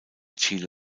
chile